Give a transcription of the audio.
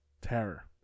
terror